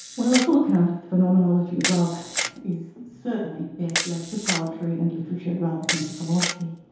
well a full account of the phenomenology of love is certainly best left to poetry and literature rather than to philosophy.